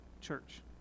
church